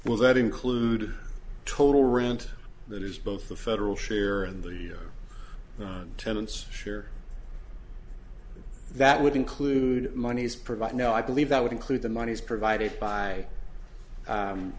well that include total rent that is both the federal share and the tenants share that would include moneys provide no i believe that would include the monies provided by